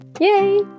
Yay